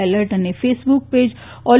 alert અને Facebook page all